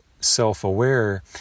self-aware